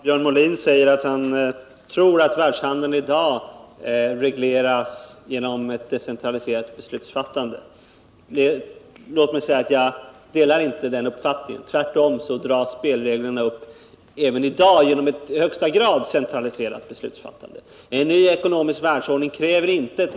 Herr talman! Jag får det intrycket av vad Björn Molin säger att han tror att världshandeln i dag regleras genom ett decentraliserat beslutsfattande. Låt mig säga att jag delar inte den uppfattningen. Tvärtom dras spelreglerna även i dag upp genom ett i högsta grad centraliserat beslutsfattande. En ny ekonomisk världsordning kräver inte ett